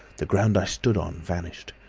the ground i stood on, vanished,